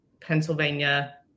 Pennsylvania